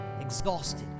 exhausted